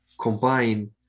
combine